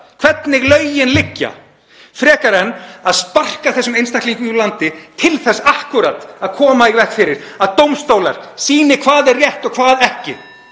hvernig lögin liggja frekar en að sparka þessum einstaklingum úr landi til þess akkúrat að koma í veg fyrir að dómstólar sýni hvað er rétt og hvað ekki.